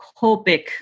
Copic